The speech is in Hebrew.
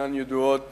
שאינן ידועות